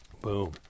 boom